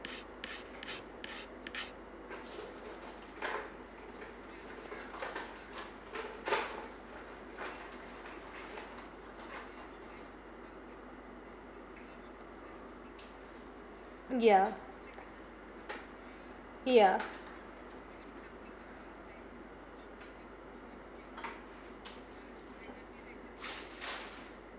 yeah yeah